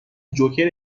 جوکر